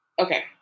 Okay